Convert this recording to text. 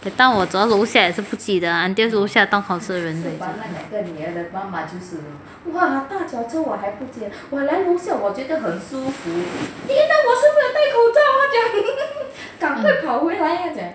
当我走到楼下也是不记得 until 楼下额度 town council 人来着